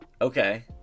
okay